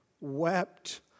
wept